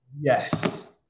Yes